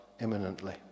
imminently